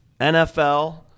NFL